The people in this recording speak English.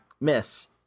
miss